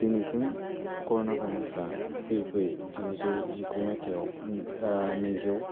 दिनैसिम कर'ना भाइरासआ फैयै फैयै जिगुजौ जिगु मायथाइआव नैजौ